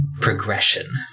progression